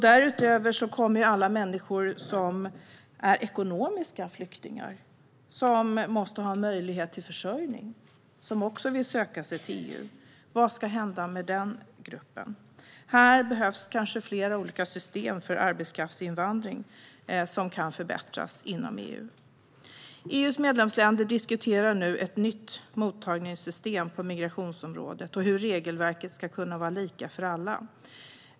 Därtill kommer alla människor som är ekonomiska flyktingar, som också vill söka sig till EU och måste ha möjlighet till försörjning. Vad ska hända med den gruppen? Här behövs kanske flera olika system för arbetskraftsinvandring, vilket kan förbättras inom EU. EU:s medlemsländer diskuterar nu ett nytt mottagningssystem på migrationsområdet och hur regelverket ska kunna vara lika för alla.